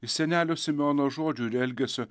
iš senelio simeono žodžių ir elgesio